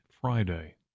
Friday